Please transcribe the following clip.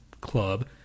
club